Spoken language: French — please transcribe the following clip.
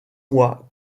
mois